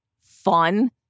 fun